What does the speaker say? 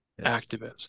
activist